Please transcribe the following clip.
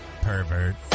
Pervert